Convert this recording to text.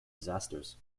disasters